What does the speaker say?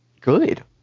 good